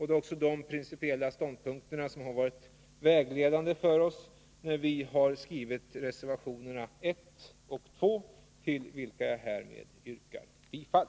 Det är också dessa principiella ståndpunkter som varit vägledande för oss när vi har skrivit reservationerna 1 och 2, till vilka jag härmed yrkar bifall.